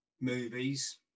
movies